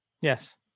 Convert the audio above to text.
Yes